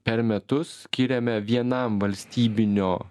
per metus skiriame vienam valstybinio